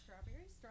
strawberries